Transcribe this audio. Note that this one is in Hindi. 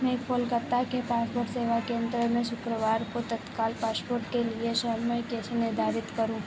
मैं कोलकाता के पासपोर्ट सेवा केंद्र में शुक्रवार को तत्काल पासपोर्ट के लिए समय कैसे निर्धारित करूं